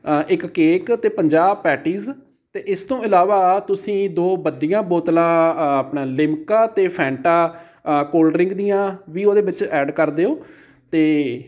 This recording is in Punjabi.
ਇੱਕ ਕੇਕ ਅਤੇ ਪੰਜਾਹ ਪੈਟੀਜ ਅਤੇ ਇਸ ਤੋਂ ਇਲਾਵਾ ਤੁਸੀਂ ਦੋ ਵੱਡੀਆਂ ਬੋਤਲਾਂ ਆਪਣਾ ਲਿਮਕਾ ਅਤੇ ਫੈਂਟਾ ਕੋਲਡ ਡਰਿੰਕ ਦੀਆਂ ਵੀ ਉਹਦੇ ਵਿੱਚ ਐਡ ਕਰ ਦਿਉ ਅਤੇ